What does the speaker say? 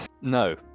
no